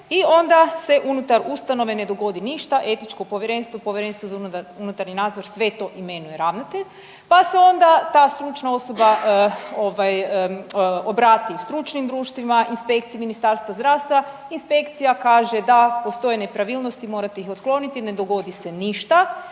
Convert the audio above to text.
i onda se unutar ustanove ne dogodi ništa, Etičko povjerenstvo, Povjerenstvo za unutarnji nadzor sve to imenuje ravnatelj, pa se onda ta stručna osoba obrati stručnim društvima, Inspekciji Ministarstva zdravstva. Inspekcija kaže da postoji nepravilnost i morate ih otkloniti, ne dogodi se ništa